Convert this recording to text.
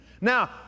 Now